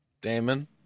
Damon